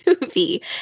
movie